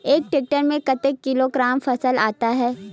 एक टेक्टर में कतेक किलोग्राम फसल आता है?